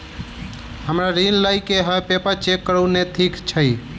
हमरा ऋण लई केँ हय पेपर चेक करू नै ठीक छई?